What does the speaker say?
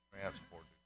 transported